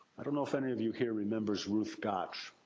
i don't know if any of you here, remembers ruth gotsch.